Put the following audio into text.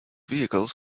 vehicles